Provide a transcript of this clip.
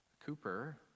Cooper